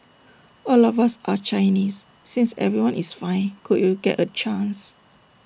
all of us are Chinese since everyone is fine could you get A chance